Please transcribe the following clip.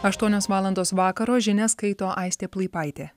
aštuonios valandos vakaro žinias skaito aistė plaipaitė